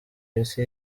isi